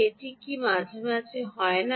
এটা কি মাঝে মাঝে হয় না